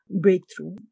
breakthrough